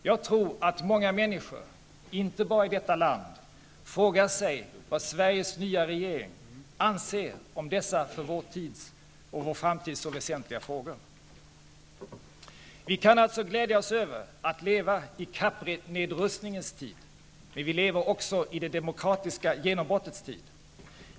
Jag tror att många människor, inte bara i detta land, frågar sig vad Sveriges nya regering anser om dessa för vår tid och vår framtid så väsentliga frågor. Vi kan alltså glädja oss över att leva i kappnedrustningens tid. Men vi lever också i det demokratiska genombrottets tid.